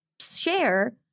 share